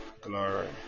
glory